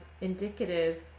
indicative